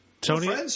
Tony